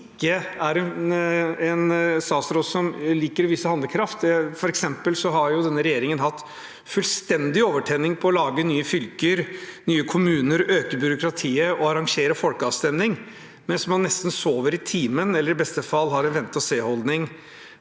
ikke er en statsråd som liker å vise handlekraft. Denne regjeringen har f.eks. hatt fullstendig overtenning på å lage nye fylker, nye kommuner, øke byråkratiet og arrangere folkeavstemning, mens man nesten sover i timen eller i beste fall har en vente-og-seholdning